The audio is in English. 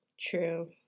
True